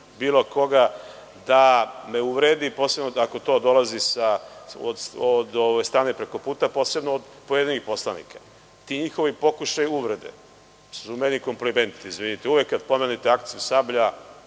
bilo koga da me uvredi, posebno ako to dolazi od strane prekoputa, posebno od pojedinih poslanika. Ti njihovi pokušaji uvrede su meni komplimenti, izvinite. Uvek kad pomenete akciju „Sablja“,